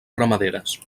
ramaderes